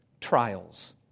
trials